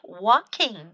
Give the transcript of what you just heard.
walking